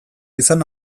izan